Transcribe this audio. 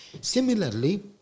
Similarly